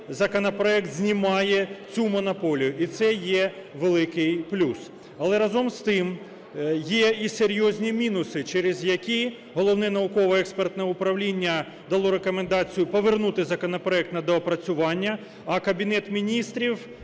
законопроект знімає цю монополію, і це є великий плюс. Але, разом з тим, є і серйозні мінуси, через які Головне науково-експертне управління дало рекомендацію повернути законопроект на доопрацювання, а Кабінет Міністрів